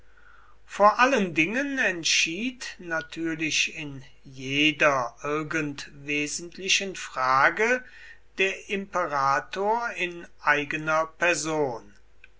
vor allen dingen entschied natürlich in jeder irgend wesentlichen frage der imperator in eigener person